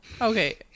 Okay